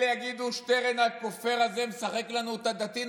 אלה יגידו: שטרן הכופר הזה משחק לנו אותה דתי,